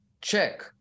check